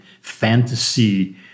fantasy